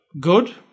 good